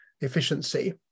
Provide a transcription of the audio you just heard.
efficiency